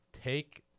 take